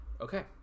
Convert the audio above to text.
okay